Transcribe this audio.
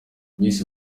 miss